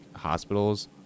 hospitals